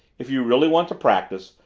if you really want to practice,